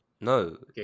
No